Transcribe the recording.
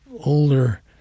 older